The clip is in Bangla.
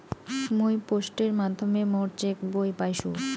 মুই পোস্টের মাধ্যমে মোর চেক বই পাইসু